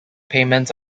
payments